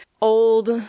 old